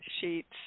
Sheets